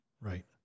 Right